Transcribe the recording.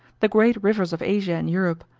the great rivers of asia and europe,